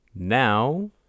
now